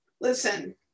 listen